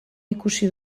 ikusi